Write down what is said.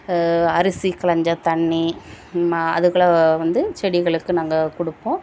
அரிசி களைஞ்ச தண்ணி மா அதுகளை வந்து செடிகளுக்கு நாங்கள் கொடுப்போம்